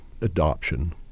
adoption